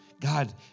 God